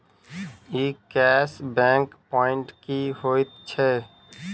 ई cash back point की होइत छैक?